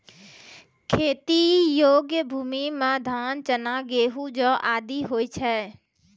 खेती योग्य भूमि म धान, चना, गेंहू, जौ आदि होय छै